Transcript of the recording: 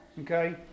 okay